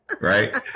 Right